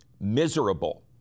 miserable